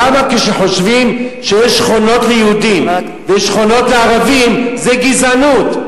למה כשחושבים שיש שכונות ליהודים ויש שכונות לערבים זו גזענות?